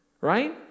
right